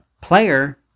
Player